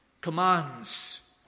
commands